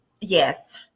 yes